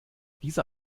dieser